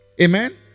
Amen